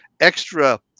extra